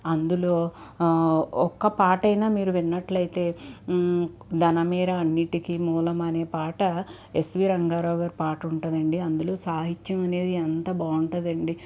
అందులో ఒక్కపాటైనా మీరు విన్నట్లయితే ధనమేర అన్నిటికి మూలమనే పాట ఎస్వి రంగారావు గారి పాట ఉంటాదండి అందులో సాహిత్యం అనేది ఎంత బాగుంటుంది అండి